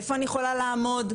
איפה אני יכולה לעמוד,